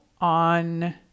on